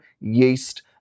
yeast